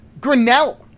grinnell